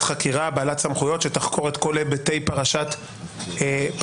חקירה בעלת סמכויות שתחקור את כל היבטי פרשת הפגסוס,